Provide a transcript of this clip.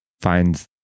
finds